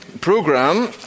program